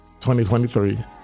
2023